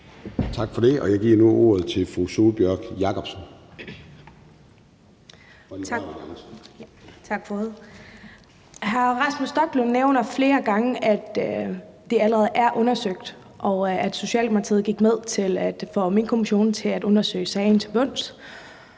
Sólbjørg Jakobsen (LA): Tak for ordet. Hr. Rasmus Stoklund nævner flere gange, at det allerede er undersøgt, og at Socialdemokratiet gik med til at få Minkkommissionen til at undersøge sagen til bunds,